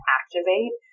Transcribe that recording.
activate